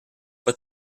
but